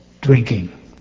drinking